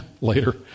later